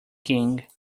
king